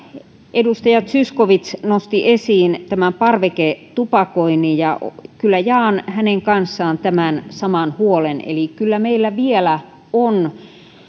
edustaja zyskowicz nosti esiin parveketupakoinnin ja jaan kyllä hänen kanssaan tämän saman huolen eli kyllä meillä vielä on